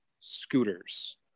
scooters